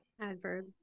Adverb